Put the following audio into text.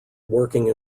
working